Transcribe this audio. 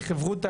כחברותא,